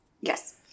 Yes